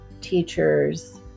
teachers